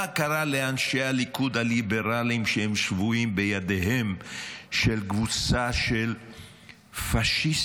מה קרה לאנשי הליכוד הליברלים שהם שבויים בידיהם של קבוצה של פשיסטים?